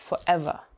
forever